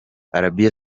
arabie